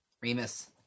remus